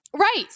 Right